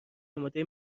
اماده